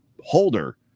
holder